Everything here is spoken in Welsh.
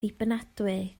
ddibynadwy